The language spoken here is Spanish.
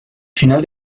final